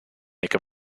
make